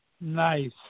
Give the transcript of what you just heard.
Nice